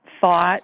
thought